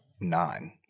nine